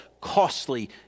costly